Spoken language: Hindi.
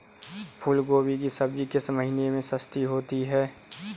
फूल गोभी की सब्जी किस महीने में सस्ती होती है?